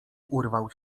urwał